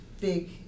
big